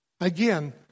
Again